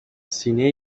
سینه